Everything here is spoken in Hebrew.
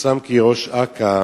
פורסם כי ראש אכ"א